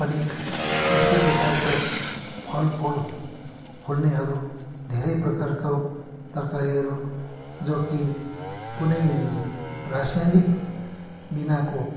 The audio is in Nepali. पनि यस्तै प्रकारका फलफुल फुल्नेहरू धेरै प्रकारको तरकारीहरू जो कि कुनै रासायनिक बिनाको